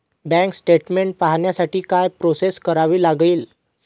Bank statement पाहण्यासाठी काय process करावी लागेल?